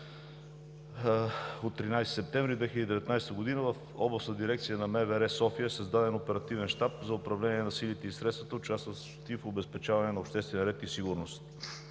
от 13 септември 2019 г. в Областна дирекция на МВР – София, е създаден оперативен щаб за управление на силите и средствата, участващи в обезпечаване на обществения ред и сигурност.